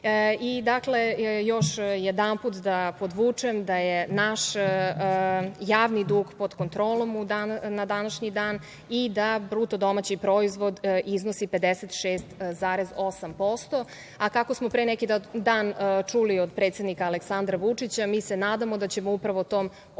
60%.Dakle, još jedanput da podvučem da je naš javni dug pod kontrolom na današnji dan i da BDP iznosi 56,8%, a kako smo pre neki dan čuli od predsednika Aleksandra Vučića, mi se nadamo da ćemo upravo tom odgovornom